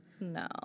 no